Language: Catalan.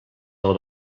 del